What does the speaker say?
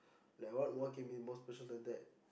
like what can be more special than that